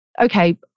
Okay